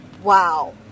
Wow